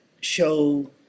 show